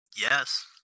Yes